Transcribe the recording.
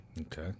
Okay